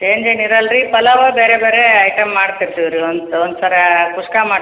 ಚೇಂಜೆನು ಇರಲ್ಲ ರೀ ಪಲಾವ್ ಬೇರೆ ಬೇರೆ ಐಟಮ್ ಮಾಡ್ತಿರ್ತಿವಿ ರೀ ಒಂದ್ ಒಂದು ಸರಿ ಕುಷ್ಕ ಮಾಡ